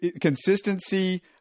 consistency